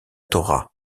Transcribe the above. torah